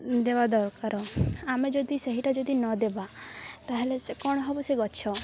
ଦେବା ଦରକାର ଆମେ ଯଦି ସେଇଟା ଯଦି ନଦେବା ତାହେଲେ କ'ଣ ହେବ ସେ ଗଛ